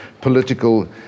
political